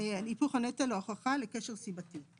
ההוכחה לקשר סיבתי,